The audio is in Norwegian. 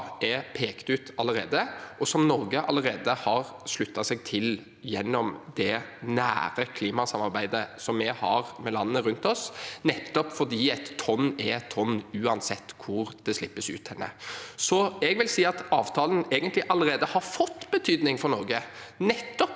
er pekt ut allerede, og som Norge allerede har sluttet seg til gjennom det nære klimasamarbeidet vi har med landene rundt oss, nettopp fordi et tonn er et tonn uansett hvor det slippes ut. Jeg vil si at avtalen egentlig allerede har fått betydning for Norge, nettopp